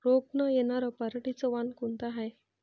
रोग न येनार पराटीचं वान कोनतं हाये?